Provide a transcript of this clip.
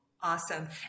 Awesome